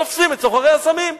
תופסים את סוחרי הסמים,